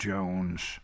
Jones